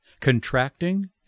contracting